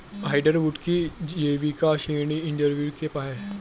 hardwood की जैविक श्रेणी एंजियोस्पर्म है